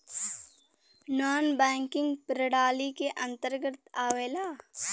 नानॅ banking प्रणाली के अंतर्गत आवेला